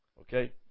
okay